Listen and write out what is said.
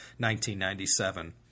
1997